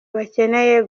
bakeneye